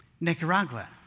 Nicaragua